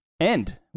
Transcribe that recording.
end